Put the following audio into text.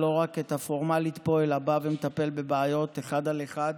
לא רק את העבודה הפורמלית פה אלא בא ומטפל בבעיות אחד על אחד,